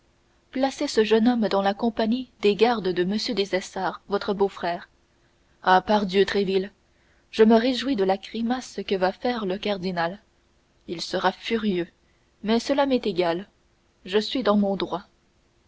placez ce jeune homme dans la compagnie des gardes de m des essarts votre beaufrère ah pardieu tréville je me réjouis de la grimace que va faire le cardinal il sera furieux mais cela m'est égal je suis dans mon droit